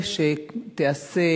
נראה שייעשה,